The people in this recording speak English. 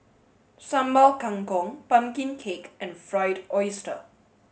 sambal kangkong pumpkin cake and fried oyster